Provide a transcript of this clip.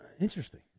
Interesting